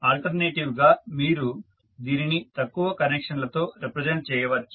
alternative గా మీరు దీనిని తక్కువ కనెక్షన్ లతో రిప్రజెంట్ చేయవచ్చు